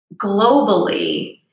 globally